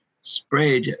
spread